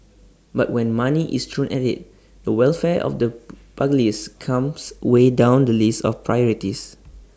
but when money is thrown at IT the welfare of the pugilists comes way down the list of privatise